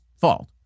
fault